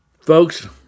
Folks